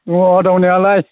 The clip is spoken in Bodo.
दङ दंनायालाय